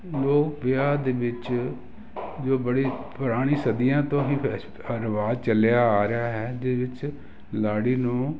ਲੋਕ ਵਿਆਹ ਦੇ ਵਿੱਚ ਜੋ ਬੜੀ ਪੁਰਾਣੀ ਸਦੀਆਂ ਤੋਂ ਹੀ ਪੈਸ ਅਨੁਵਾਦ ਚੱਲਿਆ ਆ ਰਿਹਾ ਹੈ ਇਹਦੇ ਵਿੱਚ ਲਾੜੀ ਨੂੰ